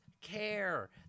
care